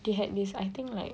they had this I think like